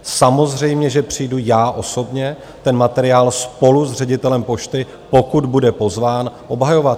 Samozřejmě že přijdu já osobně ten materiál spolu s ředitelem Pošty, pokud bude pozván, obhajovat.